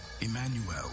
Emmanuel